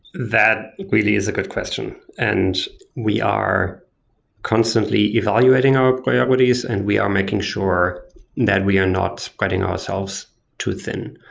that really is a good question, and we are constantly evaluating our priorities and we are making sure that we are not spreading ourselves too thin.